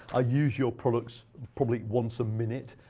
ah use your products probably once a minute.